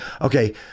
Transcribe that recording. Okay